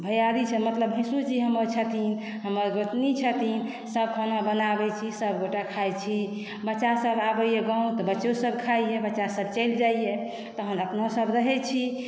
भैयारी छै मतलब भैँसुर जी हमर छथिन हमर गोतनी छथिन सब खाना बनाबय छी सब गोटा खाइ छी बच्चा सब आबइए गाँव तऽ बच्चो सब खाइए बच्चा सब चलि जाइए तहन अपनो सब रहय छी